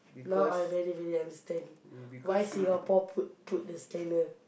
now I very very understand why Singapore put put the scanner